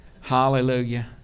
hallelujah